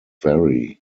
vary